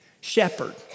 shepherd